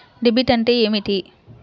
Debit అంటే ఏమిటి?